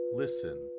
listen